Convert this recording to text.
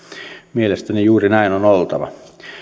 mielestäni juuri näin on oltava